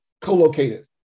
co-located